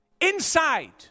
inside